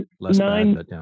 nine